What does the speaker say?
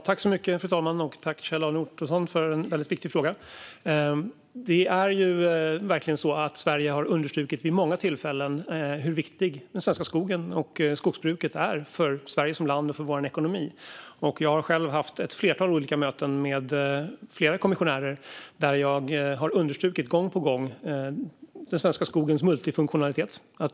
Fru talman! Jag tackar Kjell-Arne Ottosson för en viktig fråga. Sverige har vid många tillfällen understrukit hur viktig den svenska skogen och skogsbruket är för Sverige som land och vår ekonomi. Jag har själv haft ett flertal olika möten med flera kommissionärer där jag gång på gång har understrukit den svenska skogens multifunktionalitet.